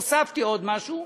הוספתי עוד משהו,